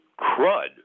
crud